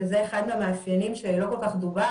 וזה גם אחד מהמאפיינים שלא כל כך דובר,